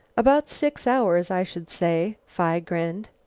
about six hours, i should say, phi grinned.